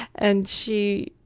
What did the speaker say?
and she,